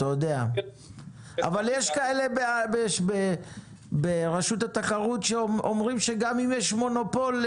אבל יש ברשות התחרות שאומרים שגם אם יש מונופול,